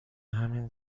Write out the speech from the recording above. همین